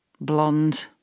blonde